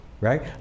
right